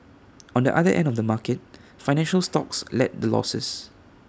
on the other end of the market financial stocks led the losses